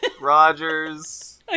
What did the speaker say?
Rogers